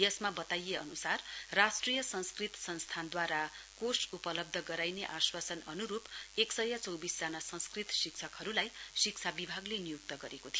यसमा बताइए अनुसार राष्ट्रिय संस्कृत संस्थान दूवारा कोष उपलब्ध गराइने आश्वासम अनुरुप एकसय चौविस जना संस्कृत शिक्षकहरुलाई शिक्षा विभागले नियुक्त गरेको थियो